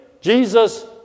Jesus